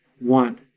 want